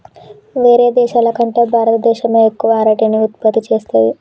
వేరే దేశాల కంటే భారత దేశమే ఎక్కువ అరటిని ఉత్పత్తి చేస్తంది